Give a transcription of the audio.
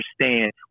understand